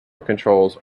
controls